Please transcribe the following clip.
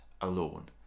alone